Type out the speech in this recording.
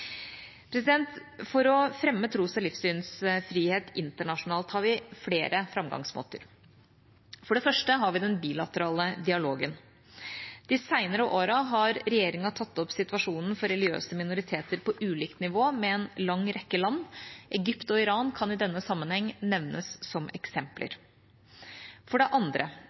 For å fremme tros- og livssynsfrihet internasjonalt har vi flere framgangsmåter: For det første har vi den bilaterale dialogen. De senere årene har regjeringa tatt opp situasjonen for religiøse minoriteter på ulikt nivå med en lang rekke land. Egypt og Iran kan i denne sammenheng nevnes som eksempler. For det andre: